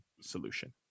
solution